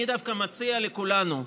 אני דווקא מציע לכולנו,